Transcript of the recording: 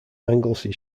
anglesey